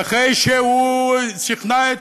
ואחרי שהוא שכנע את